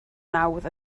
nawdd